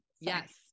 Yes